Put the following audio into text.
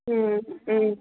ம் ம் ம்